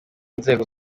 nzego